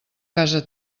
casa